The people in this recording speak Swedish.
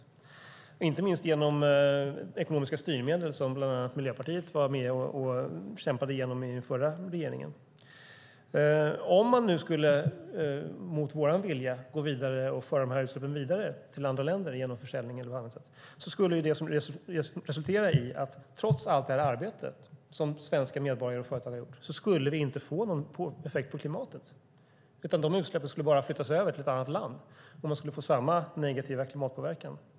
Det har skett inte minst genom ekonomiska styrmedel, som bland annat Miljöpartiet var med och kämpade igenom i den förra regeringen. Om man skulle, mot vår vilja, gå vidare och föra utsläppen vidare till andra länder, genom försäljning eller på annat sätt, skulle det resultera i att vi trots allt det arbete svenska medborgare och företagare har gjort inte skulle få någon effekt på klimatet. De utsläppen skulle i stället bara flyttas över till ett annat land, där de skulle få samma negativa klimatpåverkan.